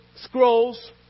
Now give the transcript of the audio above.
scrolls